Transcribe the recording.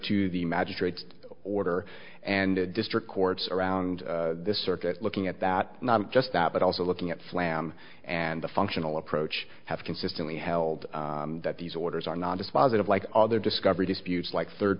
to the magistrate order and district courts around this circuit looking at that not just that but also looking at flam and the functional approach have consistently held that these orders are not dispositive like other discovery disputes like third